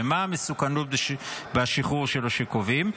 ומה המסוכנות בשחרור שלו שהם קובעים?